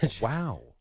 Wow